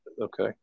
Okay